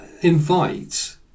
invite